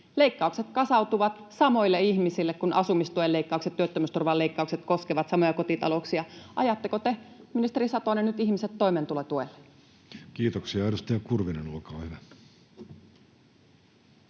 Leikkaukset kasautuvat samoille ihmisille, kun asumistuen leikkaukset, työttömyysturvan leikkaukset, koskevat samoja kotitalouksia. Ajatteko te, ministeri Satonen, nyt ihmiset toimeentulotuelle? [Speech 23] Speaker: Jussi Halla-aho